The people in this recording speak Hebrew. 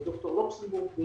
ד"ר לוקסמבורג,